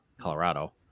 Colorado